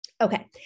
Okay